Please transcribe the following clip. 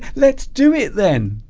let's do it then